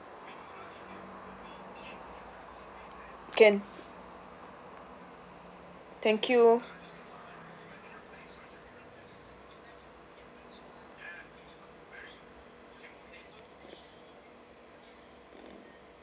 can thank you